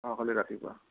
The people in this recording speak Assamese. অহাকালি ৰাতিপুৱা